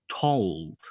told